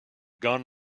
gun